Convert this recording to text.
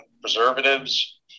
preservatives